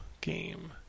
game